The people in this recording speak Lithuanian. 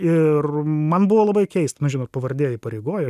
ir man buvo labai keista nu žinot pavardė įpareigoja